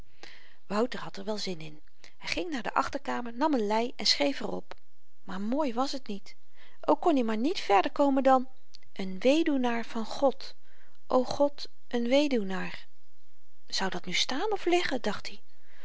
wouter had er wel zin in hy ging naar de achterkamer nam een lei en schreef er op maar mooi was t niet ook kon i maar niet verder komen dan een weduwnaar van god o god een weduwnaar zou dat nu staan of liggen dacht i